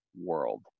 world